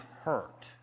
hurt